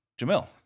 Jamil